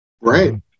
Right